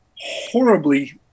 horribly